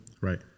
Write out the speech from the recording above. Right